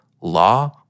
law